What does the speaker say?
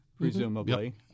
presumably